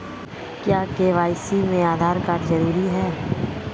क्या के.वाई.सी में आधार कार्ड जरूरी है?